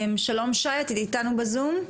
שלום שי, את איתנו בזום?